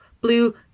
blue